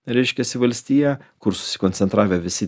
reiškiasi valstija kur susikoncentravę visi